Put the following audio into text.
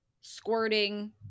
squirting